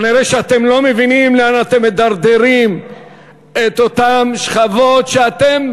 אתם כנראה לא מבינים לאן אתם מדרדרים את אותן שכבות שאתם